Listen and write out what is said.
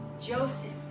Joseph